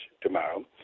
tomorrow